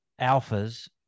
alphas